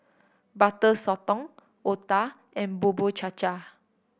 Butter Sotong otah and Bubur Cha Cha